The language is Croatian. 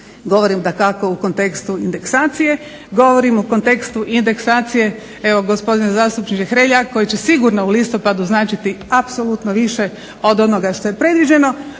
Govorim dakako u kontekstu indeksacije, govorim u kontekstu indeksacije evo gospodine zastupniče Hrelja koji će sigurno u listopadu značiti apsolutno više od onoga što je predviđeno.